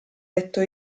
detto